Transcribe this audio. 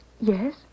Yes